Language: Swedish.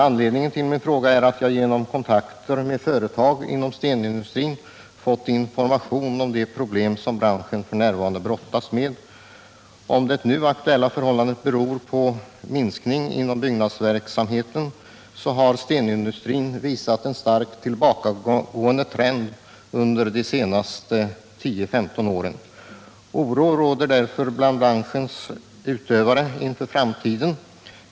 Anledningen till min fråga är att jag genom kontakter med företag inom stenindustrin fått information om de problem som branschen f. n. brottas med. Även om det nu aktuella förhållandet beror på minskning inom byggnadsverksamheten, har stenindustrin visat en starkt tillbakagående trend under de senaste 10-15 åren. Oro råder därför bland branschens utövare inför framtiden.